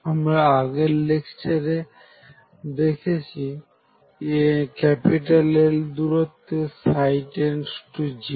আমরা আগের লেকচারে দেখেছি L দূরত্বে ψ→0